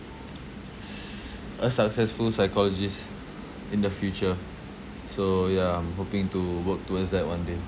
s~ a successful psychologist in the future so yeah I'm hoping to work towards that one day